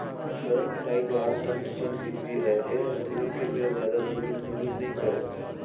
करन फ्राइ गाय ह निच्चट सिधवी अय एहर दुहे के बेर जादा तुलुल मुलुल नइ करय